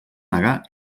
negar